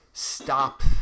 Stop